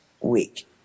week